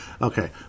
Okay